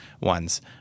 ones